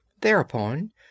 Thereupon